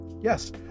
Yes